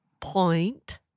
Point